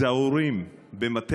היושב-ראש, כנסת נכבדה,